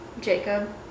Jacob